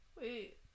Wait